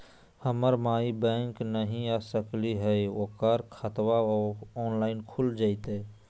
हमर माई बैंक नई आ सकली हई, ओकर खाता ऑनलाइन खुल जयतई?